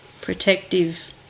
Protective